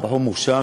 בחור מוכשר,